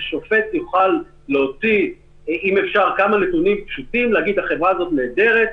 ששופט יוכל להוציא כמה נתונים פשוטים ולהגיד: החברה הזאת נהדרת.